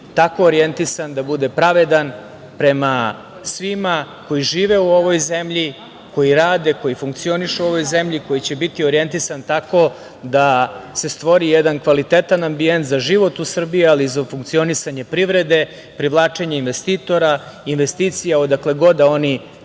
tako orjentisan da bude pravedan prema svima koji žive u ovoj zemlji, koji rade, koji funkcionišu u ovoj zemlji, koji će biti orjentisan tako da se stvori jedan kvalitetan ambijent za život u Srbiji, ali za funkcionisanje privrede, privlačenje investitora, investicija odakle god da oni